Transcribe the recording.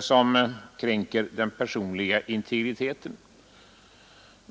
så att den personliga integriteten kränks.